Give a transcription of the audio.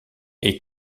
est